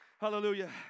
Hallelujah